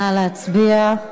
נא להצביע.